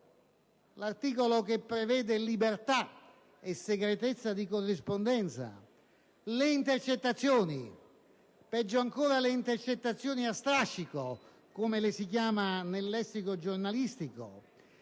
dell'articolo che prevede libertà e segretezza di corrispondenza, le intercettazioni, peggio ancora quelle a strascico, come le si chiama nel lessico giornalistico,